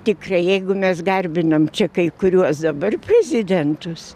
tikrai jeigu mes garbiname čia kai kuriuos dabar prezidentus